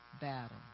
battle